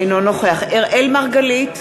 אינו נוכח אראל מרגלית,